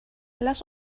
lass